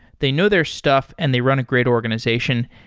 they know their stuff and they run a great organization.